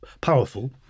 powerful